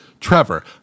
Trevor